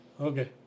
Okay